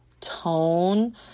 tone